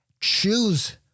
choose